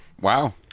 Wow